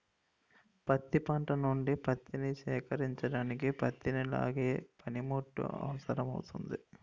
పత్తి పంట నుండి పత్తిని సేకరించడానికి పత్తిని లాగే పనిముట్టు అవసరమౌతుంది